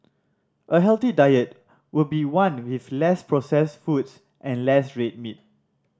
a healthy diet would be one with less processed foods and less red meat